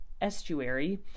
estuary